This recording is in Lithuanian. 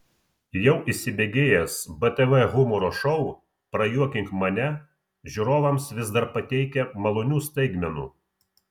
jau įsibėgėjęs btv humoro šou prajuokink mane žiūrovams vis dar pateikia malonių staigmenų